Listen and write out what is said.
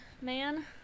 man